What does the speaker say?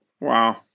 Wow